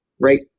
right